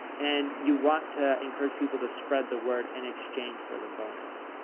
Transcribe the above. and you want to encourage people to spread the word and exchange for the bonus.